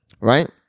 right